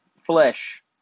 Flesh